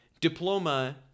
diploma